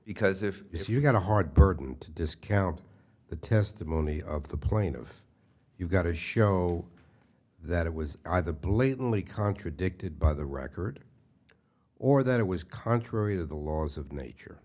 because if you've got a hard burden to discount the testimony of the plaintive you've got to show that it was either blatantly contradicted by the record or that it was contrary to the laws of nature